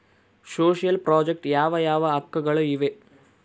Social project ಯಾವ ಯಾವ ಹಕ್ಕುಗಳು ಇವೆ?